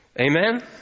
Amen